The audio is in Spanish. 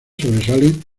sobresalen